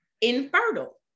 infertile